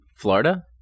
Florida